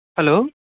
hello